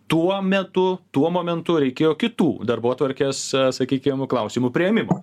tuo metu tuo momentu reikėjo kitų darbotvarkės sakykim klausimų priėmimo